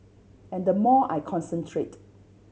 and the more I concentrate